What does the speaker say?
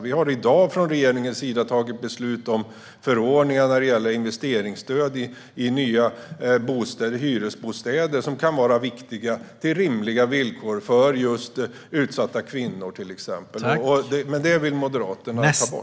Vi har i dag fattat beslut från regeringens sida om förordningar när det gäller investeringsstöd i nya hyresbostäder, som kan vara viktiga, på rimliga villkor för till exempel just utsatta kvinnor. Men det vill Moderaterna ta bort.